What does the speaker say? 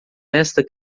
esta